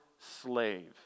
slave